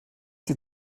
sie